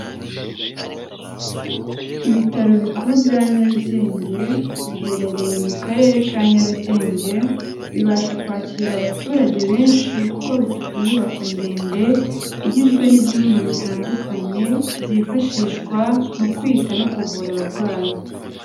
Ibitaro bikuru bya Nyarugenge biherereye mu Karere ka Nyarugenge, bibasha kwakira abaturage benshi, kuko bifite inyubako ndende, igizwe n'ibyumba bitandukanye, byifashishwa mu kwita no kuvura abarwayi.